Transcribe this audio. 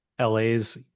la's